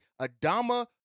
Adama